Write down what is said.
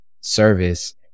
service